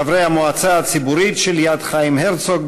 חברי המועצה הציבורית של "יד חיים הרצוג"